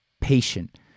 patient